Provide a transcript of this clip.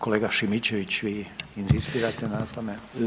Kolega Šimičević, vi inzistirate na tome?